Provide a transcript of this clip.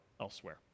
elsewhere